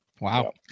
Wow